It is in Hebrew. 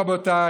רבותיי,